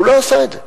והוא לא עשה את זה.